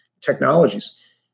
technologies